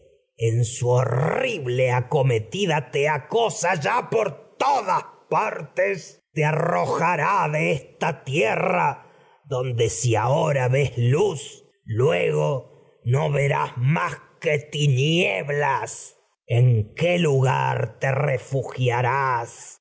en su horrible todas partes te acosa ya por te arrojará de tierra donde si ahora ves luz luego no verás más que tinieblas el en qué lugar te refugiarás